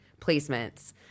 placements